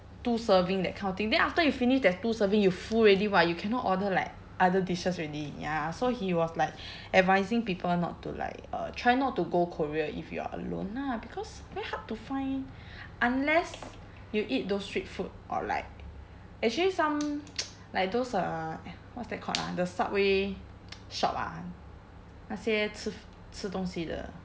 two serving that kind of thing then after you finish that two serving you full already [what] you cannot order like other dishes already ya so he was like advising people not to like uh try not to go korea if you are alone lah because very hard to find unless you eat those street food or like actually some like those uh what's that called ah the subway shop ah 那些吃吃东西的